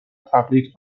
تقلید